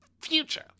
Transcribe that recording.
future